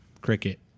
Cricket